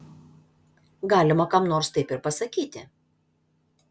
galima kam nors taip ir pasakyti